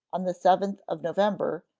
on the seventh of november,